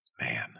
man